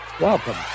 welcome